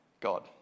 God